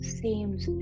seems